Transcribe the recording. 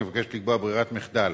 הצעת החוק מבקשת לקבוע ברירת מחדל